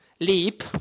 leap